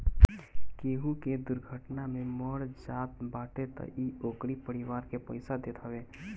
केहू के दुर्घटना में मर जात बाटे तअ इ ओकरी परिवार के पईसा देत हवे